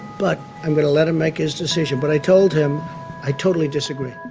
but i'm going to let him make his decision. but i told him i totally disagree.